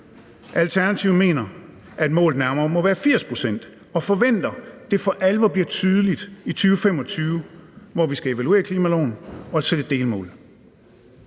Alternativet mener, at målet nærmere må være 80 pct., og forventer, at det for alvor bliver tydeligt i 2025, hvor vi skal evaluere klimaloven og sætte delmål.